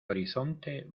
horizonte